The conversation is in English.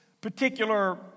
particular